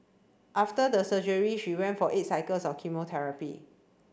after the surgery she went for eight cycles of chemotherapy